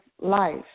life